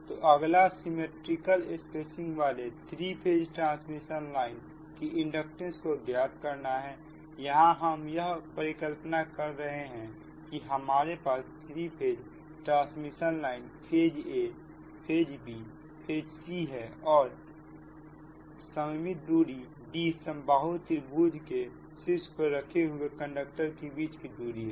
तो अगला symmetrical spacing वाले थ्री फेज ट्रांसमिशन लाइन की इंडक्टेंस को ज्ञात करना है यहां हम यह परिकल्पना कर रहे हैं कि हमारे पास three phase transmission line phase a phase b phase c है और सममित दूरी d समबाहु त्रिभुज के शीर्ष पर रखे हुए कंडक्टर के बीच की दूरी है